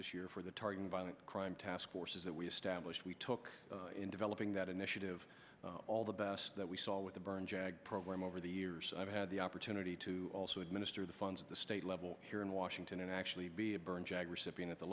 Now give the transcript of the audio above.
this year for the target of violent crime task forces that we established we took in developing that initiative all the best that we saw with the burn jag program over the years i've had the opportunity to also administer the funds at the state level here in washington and actually be a burn jag recipient at the